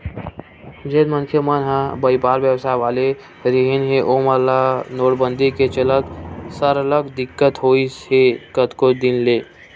जेन मनखे मन ह बइपार बेवसाय वाले रिहिन हे ओमन ल नोटबंदी के चलत सरलग दिक्कत होइस हे कतको दिन ले